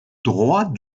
droit